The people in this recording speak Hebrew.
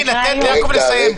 קארין, לתת ליעקב לסיים.